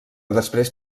després